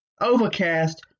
Overcast